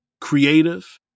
creative